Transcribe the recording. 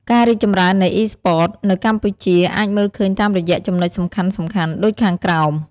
ការរីកចម្រើននៃ Esports នៅកម្ពុជាអាចមើលឃើញតាមរយៈចំណុចសំខាន់ៗដូចខាងក្រោម។